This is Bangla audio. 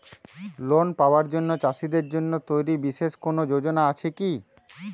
লোন পাবার জন্য চাষীদের জন্য তৈরি বিশেষ কোনো যোজনা আছে কি?